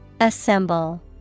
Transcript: Assemble